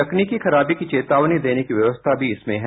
तकनीकी खराबी की चेतावनी देने की व्यवस्थ भी इसमें हैं